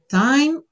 time